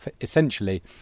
essentially